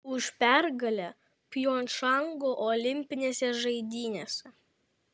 už pergalę pjongčango olimpinėse žaidynėse